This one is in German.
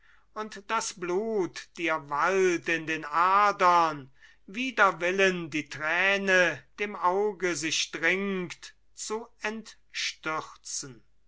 und das blut dir wallt in den adern wider willen die träne dem auge sich dringt zu